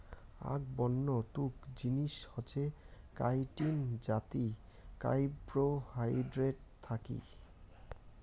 আক বন্য তুক জিনিস হসে কাইটিন যাতি কার্বোহাইড্রেট থাকি